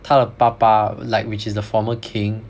她的爸爸 like which is the former king